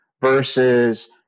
versus